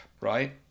Right